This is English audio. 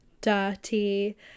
dirty